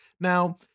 now